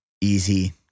easy